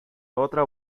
otra